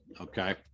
Okay